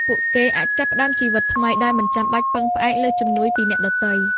ពួកគេអាចចាប់ផ្តើមជីវិតថ្មីដោយមិនចាំបាច់ពឹងផ្អែកលើជំនួយពីអ្នកដទៃ។